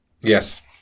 Yes